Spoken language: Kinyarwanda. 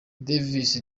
davis